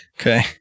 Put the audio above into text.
okay